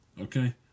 Okay